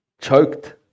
Choked